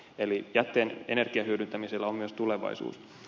eli jätteen energiahyödyntämisellä on myös tulevaisuus